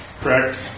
correct